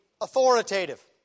authoritative